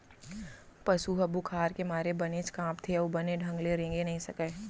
पसु ह बुखार के मारे बनेच कांपथे अउ बने ढंग ले रेंगे नइ सकय